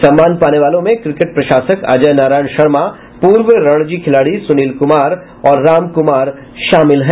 सम्मान पाने वालों में क्रिकेट प्रशासक अजय नारायण शर्मा पूर्व रणजी खिलाड़ी सुनील कुमार राम कुमार शामिल हैं